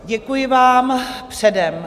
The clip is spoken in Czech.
Děkuji vám předem.